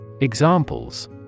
Examples